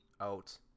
out